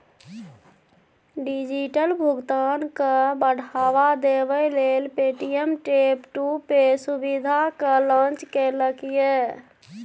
digital भुगतान केँ बढ़ावा देबै लेल पे.टी.एम टैप टू पे सुविधा केँ लॉन्च केलक ये